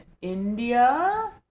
India